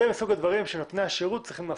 זה מסוג הדברים שנותני השירות צריכים לעשות.